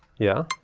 yeah.